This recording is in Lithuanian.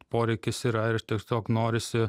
poreikis yra ir tiesiog norisi